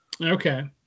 Okay